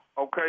Okay